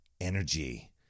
energy